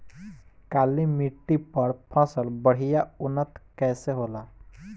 काली मिट्टी पर फसल बढ़िया उन्नत कैसे होला?